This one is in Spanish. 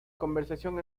conversación